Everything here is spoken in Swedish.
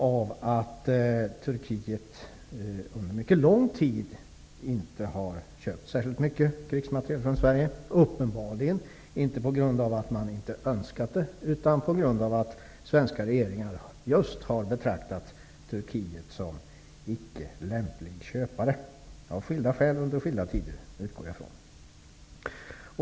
Turkiet har under mycket lång tid inte köpt särskilt mycket krigsmateriel från Sverige. Det har uppenbarligen inte varit på grund av att man inte önskat det, utan på grund av att svenska regeringar har betraktat Turkiet som en icke lämplig köpare -- av skilda skäl under skilda tider, utgår jag ifrån.